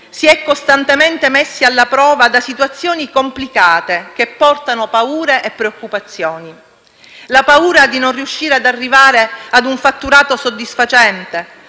Si è costantemente messi alla prova da situazioni complicate, che portano paure e preoccupazioni. C'è la paura di non riuscire ad arrivare ad un fatturato soddisfacente